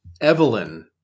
Evelyn